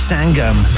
Sangam